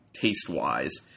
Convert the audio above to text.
taste-wise